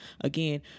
again